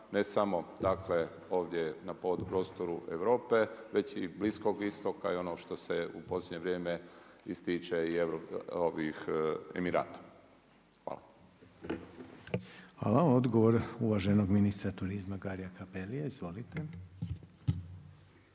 ne samo ovdje na prostoru Europe već i Bliskog Istoka i ono što se u posljednje vrijeme ističe i Emirata. Hvala. **Reiner, Željko (HDZ)** Hvala. Odgovor uvaženog ministra turizma Garia CAppellia. Izvolite.